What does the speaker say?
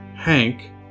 Hank